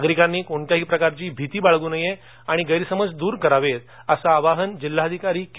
नागरिकांनी कोणत्याही प्रकारची भिती बाळगू नये आणि गैरसमज दूर करावेत अस आवाहन जिल्हाधिकारी के